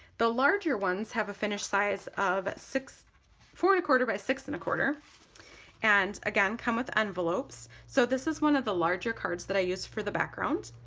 the larger ones have a finished size of four and a quarter by six and a quarter and again come with envelopes. so this is one of the larger cards that i used for the background,